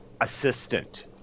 assistant